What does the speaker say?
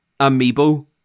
Amiibo